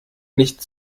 nicht